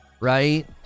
right